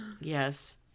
Yes